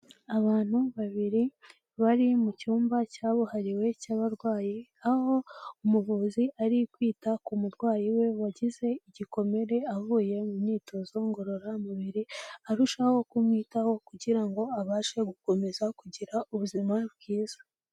Abantu babiri bari mu cyumba cyabuhariwe cy'abarwayi, aho umuvuzi ari kwita ku murwayi we wagize igikomere avuye mu myitozo ngororamubiri; arushaho kumwitaho kugira ngo abashe gukomeza kugira ubuzima bwiza.